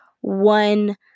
one